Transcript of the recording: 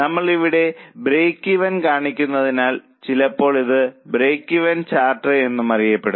നമ്മൾ ഇവിടെ break even കാണിക്കുന്നതിനാൽ ചിലപ്പോൾ ഇത് ബ്രേക്ക് ഈവൻ ചാർട്ട് എന്നും അറിയപ്പെടുന്നു